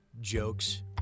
jokes